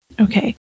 Okay